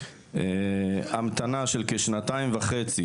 המתנה של כשנתיים וחצי,